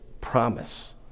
promise